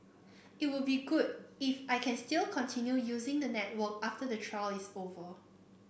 it would be good if I can still continue using the network after the trial is over